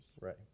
Right